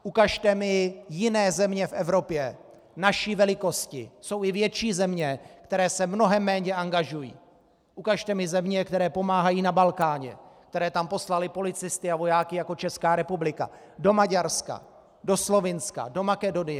Ukažte mi jiné země v Evropě naší velikosti jsou i větší země, které se mnohem méně angažují ukažte mi země, které pomáhají na Balkáně, které tam poslaly policisty a vojáky jako Česká republika, do Maďarska, do Slovinska, do Makedonie.